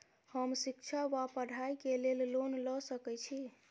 हम शिक्षा वा पढ़ाई केँ लेल लोन लऽ सकै छी?